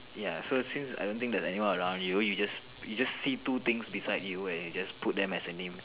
ya so since I don't think there's anyone around you you just you just see two things beside you and you just put them as a name